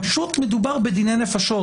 פשוט מדובר בדיני נפשות,